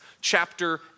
chapter